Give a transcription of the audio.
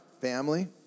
family